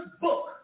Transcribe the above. book